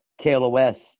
KLOS